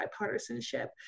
bipartisanship